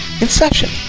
inception